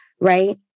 right